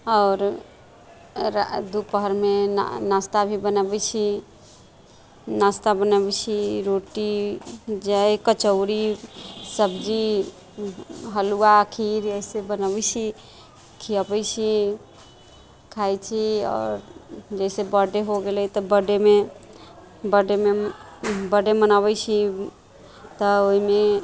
आओर दुपहर मे नास्ता भी बनऽबै छियै नास्ता बनऽबै छियै रोटी जइ कचौड़ी सब्जी हलुआ खीर यही सब बनेबै छी खीयबै छी खाय छी आओर जैसे बर्थडे हो गेलै तऽ बर्थडेमे बर्थडेमे बर्थडे मनेबै छी तऽ ओहिमे